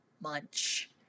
Munch